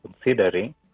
considering